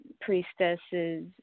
priestesses